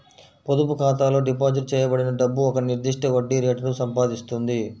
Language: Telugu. పొదుపు ఖాతాలో డిపాజిట్ చేయబడిన డబ్బు ఒక నిర్దిష్ట వడ్డీ రేటును సంపాదిస్తుంది